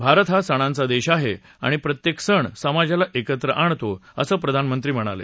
भारत हा सणांचा देश आहे आणि प्रत्येक सण समाजाला एकत्र आणतो असं प्रधानमंत्री म्हणाले